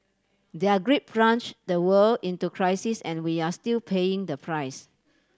their greed plunge the world into crisis and we are still paying the price